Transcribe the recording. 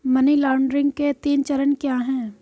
Money laundering के तीन चरण क्या हैं?